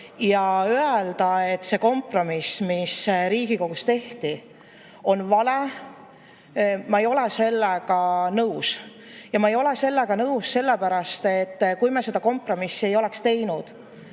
Öelda, et see kompromiss, mis Riigikogus tehti, on vale – ma ei ole sellega nõus. Ma ei ole sellega nõus sellepärast, et kui me seda kompromissi ei oleks teinud,